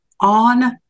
on